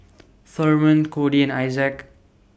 Thurman Codi and Issac